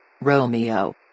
Romeo